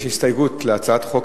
יש הסתייגות להצעת החוק,